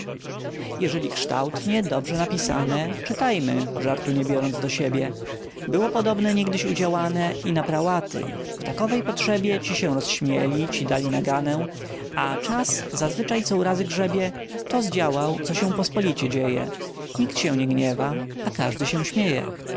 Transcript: jeżeli kształtnie dobrze napisane czytajmy żartu nie biorąc do siebie było podobne niegdyś udziałane i na prałaty w takowej potrzebie ci się rozśmieli ci dali naganę a czas zazwyczaj co urazy grzebie to zdziałał co się pospolicie dzieje nikt się nie gniewa a każdy się śmieje